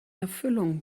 erfüllung